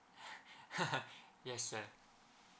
yes sir